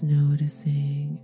noticing